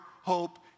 hope